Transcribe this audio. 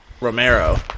Romero